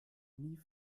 nie